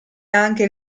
anche